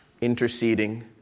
interceding